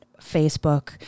Facebook